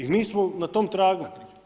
I mi smo na tom tragu.